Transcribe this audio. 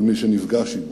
כל מי שנפגש עמו,